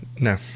No